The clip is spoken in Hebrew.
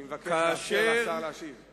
אני מבקש לאפשר לשר להשיב.